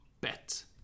bet